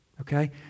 okay